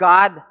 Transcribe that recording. God